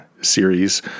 series